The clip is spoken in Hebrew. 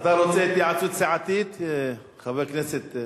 אתה רוצה התייעצות סיעתית, חבר הכנסת?